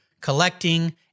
collecting